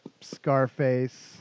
Scarface